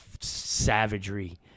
savagery